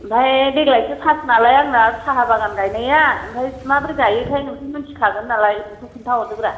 ओमफ्राय देग्लायसो फार्स्ट नालाय आंना साहा बागान गायनाया ओमफ्राय माब्रै गाइयोथाय नोंथ' मिथिखागोन नालाय बेखौ खोन्था हरदोब्रा